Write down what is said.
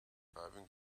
driving